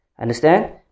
Understand